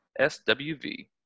SWV